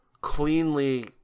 cleanly